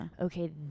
Okay